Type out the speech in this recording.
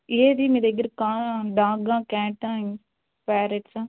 ఏది మీ దగ్గర కార డాగ్గా క్యాట్టా పారెట్సా